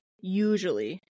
usually